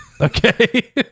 Okay